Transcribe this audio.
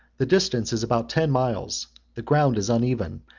the distance is about ten miles the ground is uneven,